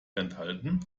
enthalten